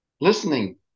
listening